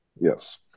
Yes